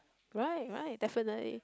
right right definitely